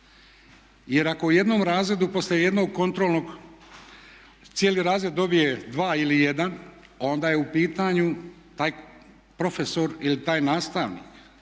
Jer ako u jednom razredu poslije jednog kontrolnog cijeli razred dobije 2 ili 1 onda je u pitanju taj profesor ili taj nastavnik.